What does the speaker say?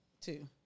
two